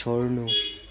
छोड्नु